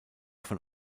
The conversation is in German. von